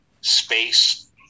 space